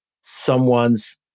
someone's